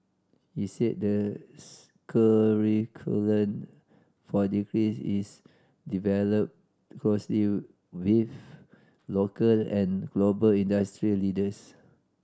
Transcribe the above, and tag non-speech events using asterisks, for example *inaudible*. he said the *unintelligible* curriculum for degrees is developed closely with local and global industry leaders